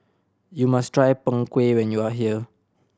you must try Png Kueh when you are here